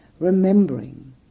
Remembering